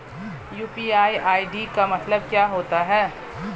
UPI ID का मतलब क्या होता है?